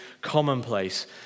commonplace